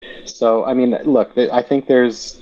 so I mean, look, I think there's